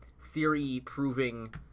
theory-proving